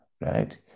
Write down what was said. right